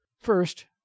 First